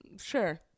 Sure